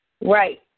Right